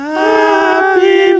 happy